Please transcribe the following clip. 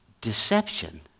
Deception